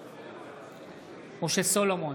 בעד משה סולומון,